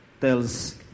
tells